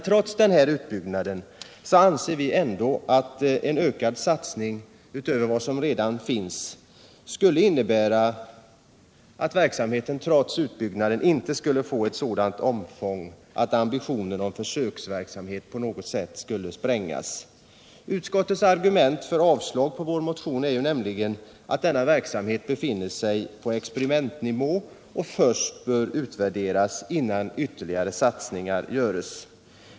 Trots denna planerade utbyggnad anser vi inte att en ökad satsning skulle innebära att verksamheten får en sådan omfattning att ambitionen att driva den som försöksverksamhet på något sätt skulle ödeläggas. Utskottets argument för avslag på vår motion är nämligen att denna verksamhet befinner sig på experimentnivå och att den bör utvärderas innan ytterligare satsningar görs.